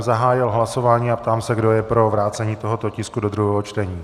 Zahájil jsem hlasování a ptám se, kdo je pro vrácení tohoto tisku do druhého čtení.